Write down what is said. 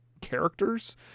characters